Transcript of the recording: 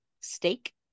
steak